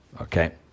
Okay